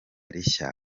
rishya